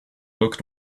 looked